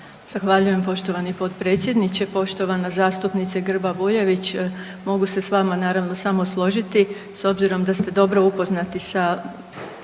Hvala, g. potpredsjedniče. Poštovana zastupnice Grba Bujević, mogu se s vama naravno samo složiti s obzirom da ste dobro upoznati sa